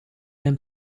them